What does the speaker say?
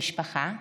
משפחה,